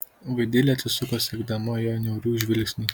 vaidilė atsisuko sekdama jo niaurų žvilgsnį